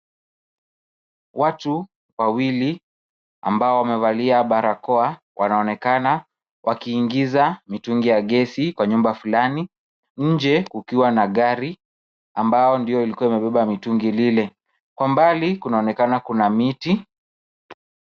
Watu wawili ambao wamevalia barakoa, wanaonekana wakiingiza mitungi ya gesi kwa nyumba fulani. Nje kukiwa na gari ambayo ndio iliyokuwa imebeba mitungi ile. Kwa mbali kunaonekana kuna miti.